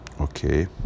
okay